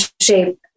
shape